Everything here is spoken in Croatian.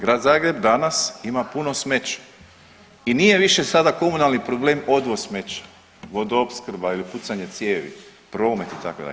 Grad Zagreb danas ima puno smeća i nije više sada komunalni problem odvoz smeća, vodoopskrba ili pucanje cijevi, promet, itd.